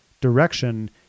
direction